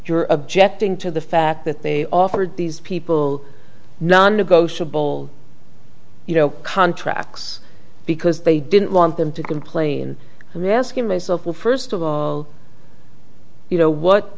you're objecting to the fact that they offered these people non negotiable you know contracts because they didn't want them to complain and then asking myself well first of all you know what